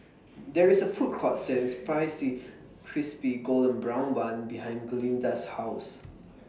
There IS A Food Court Selling Spicy Crispy Golden Brown Bun behind Glynda's House